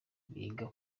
biga